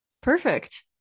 Perfect